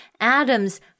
Adam's